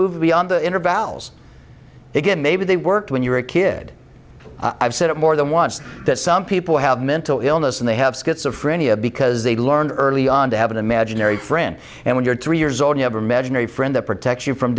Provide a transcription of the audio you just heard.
move beyond the inner valves again maybe they worked when you were a kid i've said it more than once that some people have mental illness and they have schizophrenia because they learned early on to have an imaginary friend and when you're three years old you have imaginary friend that protects you from